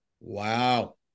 Wow